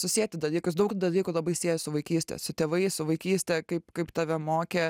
susieti dalykus daug dalykų labai siejas su vaikyste su tėvais su vaikyste kaip kaip tave mokė